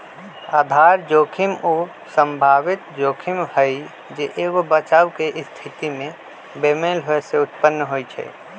आधार जोखिम उ संभावित जोखिम हइ जे एगो बचाव के स्थिति में बेमेल होय से उत्पन्न होइ छइ